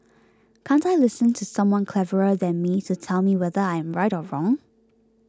can't I listen to someone cleverer than me to tell me whether I am right or wrong